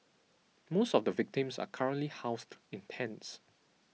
most of the victims are currently housed in tents